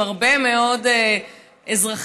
עם הרבה מאוד אזרחים,